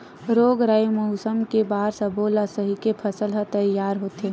रोग राई, मउसम के मार सब्बो ल सहिके फसल ह तइयार होथे